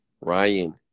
Ryan